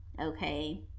okay